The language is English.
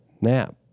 nap